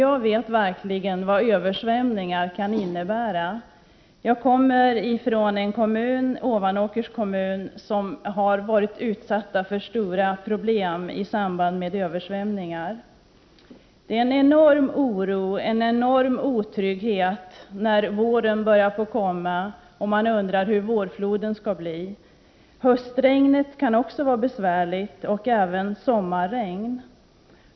Jag vet verkligen vad översvämningar kan innebära. Jag kommer från en kommun, Ovanåkers kommun, som har varit utsatt för stora problem i samband med översvämningar. Människor känner en enorm oro, en enorm otrygghet när våren börjar komma och man undrar hur vårfloden skall bli. Höstregnet kan också vara besvärligt, liksom sommarregn.